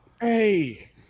hey